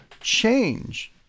change